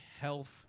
health